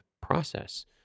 process